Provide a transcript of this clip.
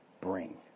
bring